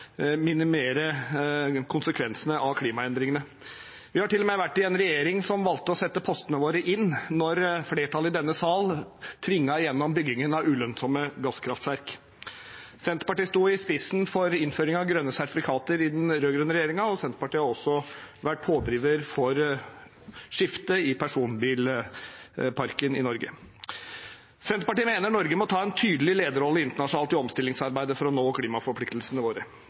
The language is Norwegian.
minimere konsekvensene av klimaendringene. Vi har til og med vært i en regjering som valgte å satse postene sine – da flertallet i denne sal tvang igjennom byggingen av et ulønnsomt gasskraftverk. Senterpartiet sto i spissen for innføring av grønne sertifikater i den rød-grønne regjeringen, og Senterpartiet har også vært pådriver for skifte i personbilparken i Norge. Senterpartiet mener Norge må ta en tydelig lederrolle internasjonalt i omstillingsarbeidet for å nå klimaforpliktelsene